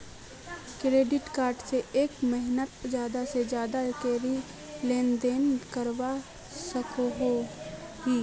Credit card से एक महीनात ज्यादा से ज्यादा कतेरी लेन देन करवा सकोहो ही?